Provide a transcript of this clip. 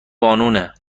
قانونه